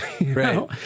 Right